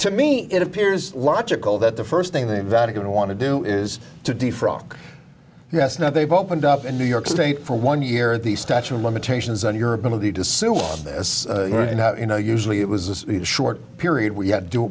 to me it appears logical that the first thing they vatican want to do is to defrock us now they've opened up in new york state for one year the statute of limitations on your ability to sue of this right now you know usually it was a short period where